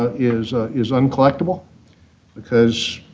is is uncollectible because,